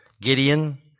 Gideon